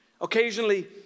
occasionally